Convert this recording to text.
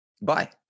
bye